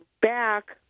back